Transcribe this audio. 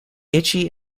itchy